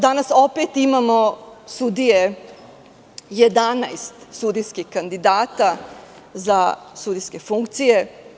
Danas opet imamo 11 sudijskih kandidata za sudijske funkcije.